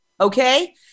Okay